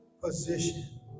position